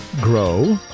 Grow